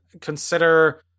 consider